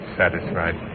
satisfied